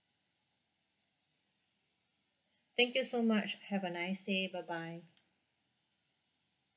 thank you so much have a nice day bye bye